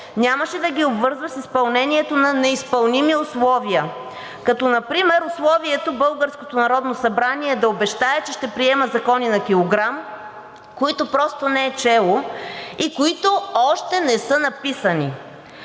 нямаше да ги обвързва с изпълнението на неизпълними условия, като например условието българското Народно събрание да обещае, че ще приема закони на килограм, които просто не е чело и които още не са написани.